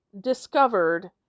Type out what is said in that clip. discovered